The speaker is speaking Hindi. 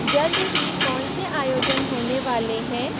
जल्द ही कौन से आयोजन होने वाले हैं